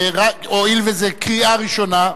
הואיל וזה קריאה ראשונה,